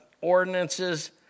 ordinances